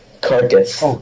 carcass